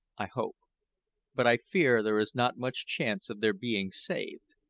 i hope but, i fear, there is not much chance of their being saved.